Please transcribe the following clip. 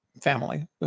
family